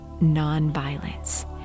non-violence